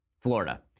Florida